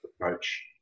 Approach